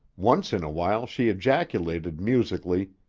once in a while she ejaculated, musically,